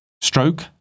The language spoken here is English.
Stroke